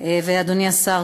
ואדוני השר,